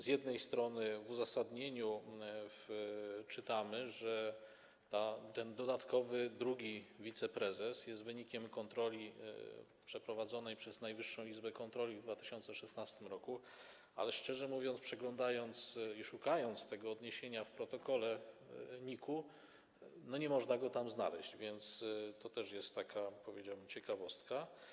Z jednej strony w uzasadnieniu czytamy, że stanowisko dodatkowego, drugiego wiceprezesa jest wynikiem kontroli przeprowadzonej przez Najwyższą Izbę Kontroli w 2016 r., ale szczerze mówiąc, przeglądając i szukając tego odniesienia w protokole NIK-u, nie można go tam znaleźć, więc to też jest taka, powiedziałbym, ciekawostka.